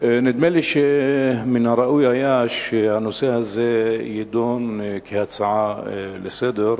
נדמה לי שמן הראוי היה שהנושא הזה יידון כהצעה לסדר-היום,